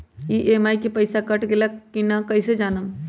EMI के पईसा कट गेलक कि ना कइसे हम जानब?